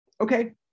okay